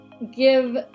give